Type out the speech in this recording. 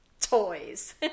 toys